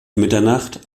mitternacht